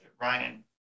Ryan